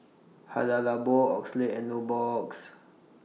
Hada Labo Oakley and Nubox